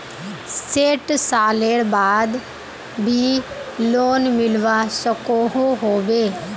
सैट सालेर बाद भी लोन मिलवा सकोहो होबे?